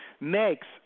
makes